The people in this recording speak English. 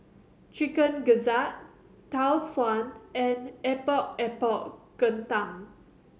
Chicken Gizzard Tau Suan and Epok Epok Kentang